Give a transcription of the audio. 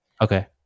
Okay